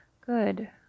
good